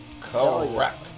Correct